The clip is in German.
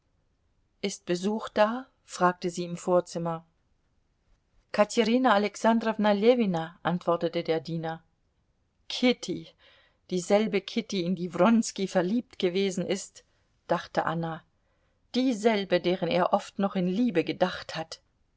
ist besuch da fragte sie im vorzimmer katerina alexandrowna ljewina antwortete der diener kitty dieselbe kitty in die wronski verliebt gewesen ist dachte anna dieselbe deren er oft noch in liebe gedacht hat